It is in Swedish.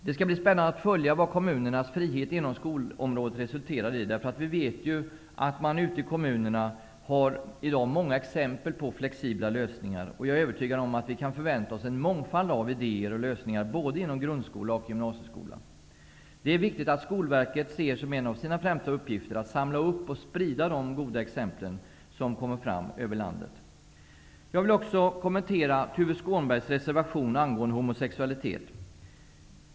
Det skall bli spännande att följa vad kommunernas frihet inom skolområdet resulterar i. Vi vet ju att det i dag finns många exempel på flexibla lösningar i kommunerna. Jag är övertygad om att vi kan förvänta oss en mångfald av idéer och lösningar både inom grundskola och gymnasieskola. Det är viktigt att Skolverket ser som en av sina främsta uppgifter att samla ihop och sprida de goda exemplen över landet. Jag vill också kommentera Tuve Skånbergs reservation angående homosexualitet.